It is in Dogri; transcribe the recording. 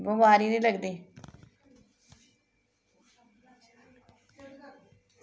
बमारी निं लगदी